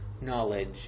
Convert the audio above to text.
knowledge